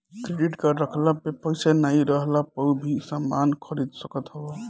credit card रखला पे पईसा नाइ रहला पअ भी समान खरीद सकत हवअ